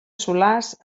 solars